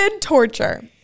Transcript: Torture